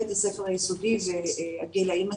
בית הספר היסודי והגילאים הצעירים,